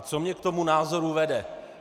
Co mě k tomu názoru vede?